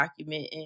documenting